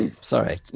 sorry